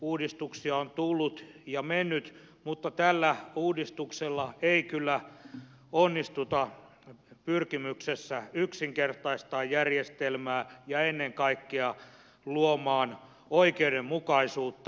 uudistuksia on tullut ja mennyt mutta tällä uudistuksella ei kyllä onnistuta pyrkimyksessä yksinkertaistaa järjestelmää ja ennen kaikkea luoda oikeudenmukaisuutta